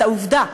את העובדה,